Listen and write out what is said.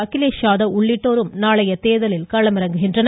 அகிலேஷ்யாதவ் உள்ளிட்டோரும் நாளையத் தேர்தலில் களமிறங்குகின்றனர்